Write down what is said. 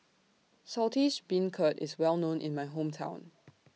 Saltish Beancurd IS Well known in My Hometown